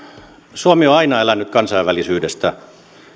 suomi on aina elänyt kansainvälisyydestä